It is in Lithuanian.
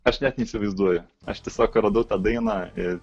aš net neįsivaizduoju aš tiesiog radau tą dainą ir